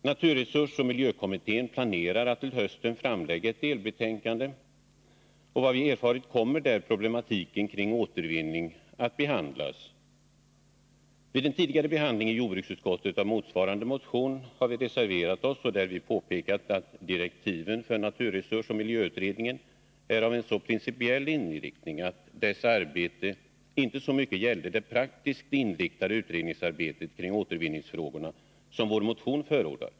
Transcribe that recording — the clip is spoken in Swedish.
Naturresursoch miljökommittén planerar att till hösten framlägga ett delbetänkande. Enligt vad vi erfarit kommer där problematiken kring återvinning att behandlas. Vid en tidigare behandling i jordbruksutskottet av motsvarande motion har vi reserverat oss och därvid påpekat att direktiven för naturresursoch miljöutredningen är av en så principiell inriktning att dess arbete inte så mycket gällde det praktiskt inriktade utredningsarbete kring återvinningsfrågorna som vår motion förordar.